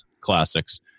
classics